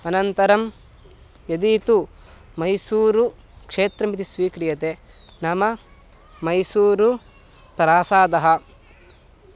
अनन्तरं यदि तु मैसूरुक्षेत्रमिति स्वीक्रियते नाम मैसूरुप्रासादः